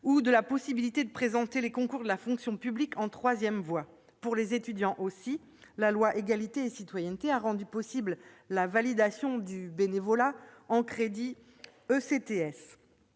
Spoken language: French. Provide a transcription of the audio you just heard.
ou la possibilité de présenter les concours de la fonction publique en troisième voie. Pour les étudiants aussi, la loi Égalité et citoyenneté a rendu possible la validation du bénévolat en crédits ECTS.